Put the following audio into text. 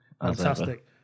Fantastic